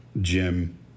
Jim